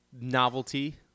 novelty